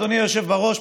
אדוני היושב בראש,